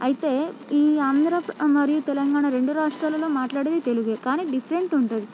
అయితే ఈ ఆంధ్రప్ర మరియు తెలంగాణ రెండు రాష్ట్రాలలో మాట్లాడే తెలుగే కానీ డిఫరెంట్ ఉంటుంది